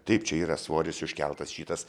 taip čia yra svoris užkeltas šitas